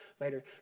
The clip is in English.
later